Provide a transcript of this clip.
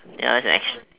ya that is